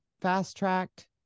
fast-tracked